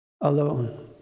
alone